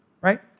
right